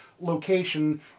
location